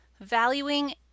valuing